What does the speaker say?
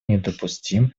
недопустим